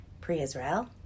pre-Israel